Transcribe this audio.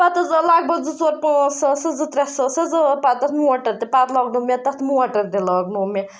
پَتہٕ حظ آو لگ بگ زٕ ژور پانٛژھ ساس حظ زٕ ترٛےٚ ساس حظ آو پَتہٕ تَتھ موٹَر پَتہٕ لاگنوو مےٚ تَتھ موٹَر تہِ لاگنوو مےٚ